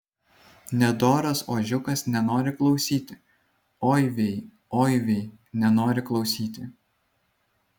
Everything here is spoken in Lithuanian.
nedoras ožiukas nenori klausyti oi vei oi vei nenori klausyti